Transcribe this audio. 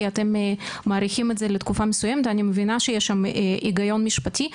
כי אתם מאריכים את זה לתקופה מסוימת ואני מבינה שיש שם הגיון משפטי.